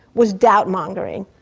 was doubt-mongering,